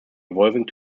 evolving